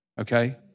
okay